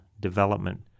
development